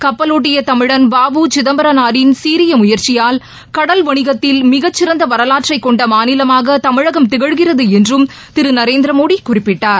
கப்பலோட்டி தமிழன் வ உ சிதம்பரனாரின் சீறிய முயற்சியால் கடல் வணிகத்தில் மிகச்சிறந்த வரலாற்றை கொண்ட மாநிலமாக தமிழகம் திகழ்கிறது என்றும் திரு நரேந்திர மோடி குறிப்பிட்டார்